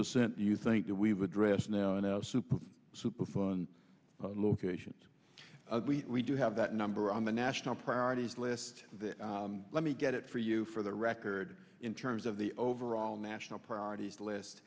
percent do you think that we would dress now in a super super fund locations we do have that number on the national priorities list let me get it for you for the record in terms of the overall national priorities list